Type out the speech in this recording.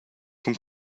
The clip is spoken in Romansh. cun